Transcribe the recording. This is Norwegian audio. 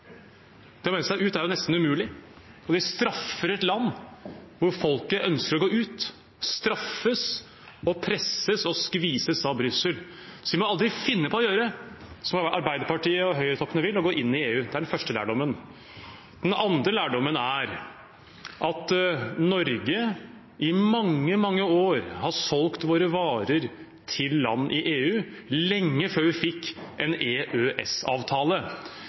Det å melde seg ut er jo nesten umulig, og de straffer et land hvor folket ønsker å gå ut – man straffes, presses og skvises av Brussel. Så vi må aldri finne på å gjøre det som Arbeiderpartiet og Høyre-toppene vil: å gå inn i EU. Det er den første lærdommen. Den andre lærdommen er at vi i Norge i mange, mange år har solgt våre varer til land i EU, lenge før vi fikk en